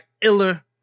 Iller